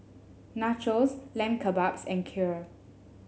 Nachos Lamb Kebabs and Kheer